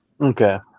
Okay